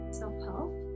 self-help